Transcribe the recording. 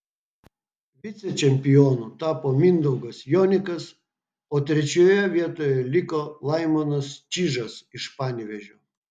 vicečempionu tapo mindaugas jonikas o trečioje vietoje liko laimonas čyžas iš panevėžio